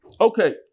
Okay